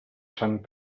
sant